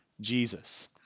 Jesus